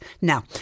now